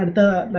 the